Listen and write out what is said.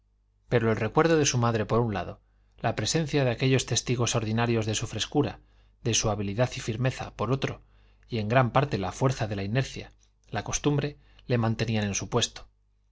pero el recuerdo de su madre por un lado la presencia de aquellos testigos ordinarios de su frescura de su habilidad y firmeza por otro y en gran parte la fuerza de la inercia la costumbre le mantenían en su puesto